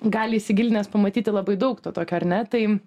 gali įsigilinęs pamatyti labai daug tokio ar ne tai